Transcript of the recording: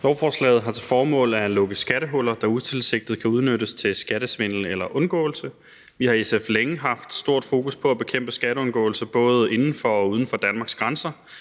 Lovforslaget har til formål at lukke utilsigtede skattehuller, der kan udnyttes til skattesvindel eller -undgåelse. Vi har i SF længe haft stort fokus på at bekæmpe skatteundgåelse både inden for og uden for Danmarks grænser.